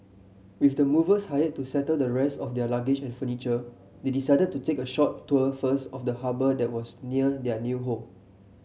with the movers hired to settle the rest of their luggage and furniture they decided to take a short tour first of the harbour that was near their new home